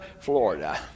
Florida